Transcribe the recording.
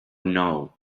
know